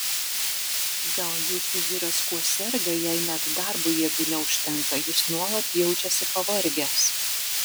gal jūsų vyras kuo serga jei net darbui jėgų neužtenka jis nuolat jaučiasi pavargęs